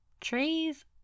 trees